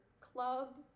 club